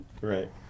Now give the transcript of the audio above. Right